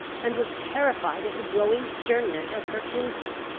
and was terrified at the growing sternness of her kinsman.